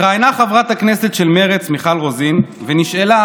התראיינה חברת הכנסת של מרצ מיכל רוזין ונשאלה